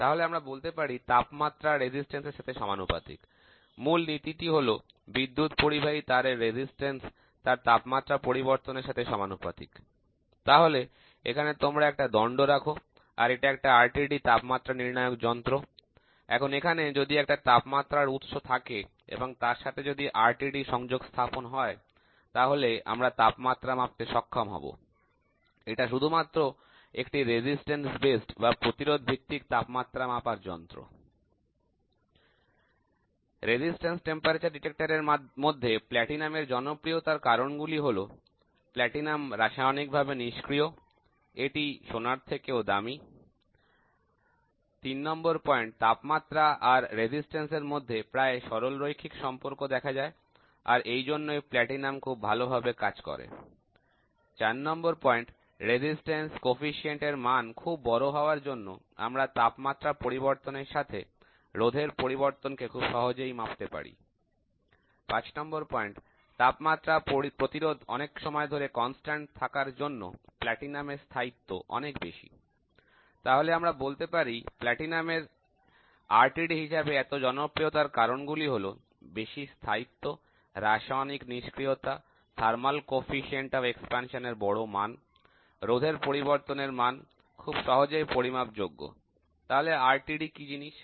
তাহলে আমরা বলতে পারি তাপমাত্রা resistance এর সাথে সমানুপাতিক মূল নীতিটি হলো বিদ্যুৎ পরিবাহী তারের resistance তার তাপমাত্রা পরিবর্তনের সাথে সমানুপাতিক তাহলে এখানে তোমরা একটা দন্ড রাখো আর এটা একটা RTD তাপমাত্রা নির্ণায়ক যন্ত্র এখন এখানে যদি একটা তাপমাত্রা উৎস থাকে এবং তার সাথে যদি RTD সংযোগ স্থাপন হয় তাহলে আমরা তাপমাত্রা মাপতে সক্ষম হব এটা শুধুমাত্র একটি resistance based বা প্রতিরোধ ভিত্তিক তাপমাত্রা মাপার যন্ত্র রোধক তাপমাত্রা শনাক্তকারী এর মধ্যে প্লাটিনাম এর জনপ্রিয়তার কারণ গুলি হল প্লাটিনাম রাসায়নিকভাবে নিষ্ক্রিয় এটি সোনার থেকেও দামি তাপমাত্রা আর রোধ এর মধ্যে প্রায় সরলরৈখিক সম্পর্ক দেখা যায় আর এই জন্যই প্লাটিনাম খুব ভালো ভাবে কাজ করে রেজিস্ট্যান্স গুণাঙ্ক এর মান খুব বড় হওয়ার জন্য আমরা তাপমাত্রা পরিবর্তনের সাথে রোধের পরিবর্তন কে খুব সহজেই মাপতে পারি তাপমাত্রা প্রতিরোধ অনেক সময় ধরে কনস্ট্যান্ট থাকার জন্য প্লাটিনামের স্থায়িত্ব অনেক বেশি তাহলে আমরা বলতে পারি প্লাটিনাম এর RTD হিসাবে এত জনপ্রিয়তার কারণ গুলি হল বেশি স্থায়িত্ব রাসায়নিক নিষ্ক্রিয়তা প্রসারণের তাপীয় গুণাঙ্ক এর বড় মান রোধের পরিবর্তন এর মান খুব সহজেই পরিমাপযোগ্য তাহলে RTD কি জিনিস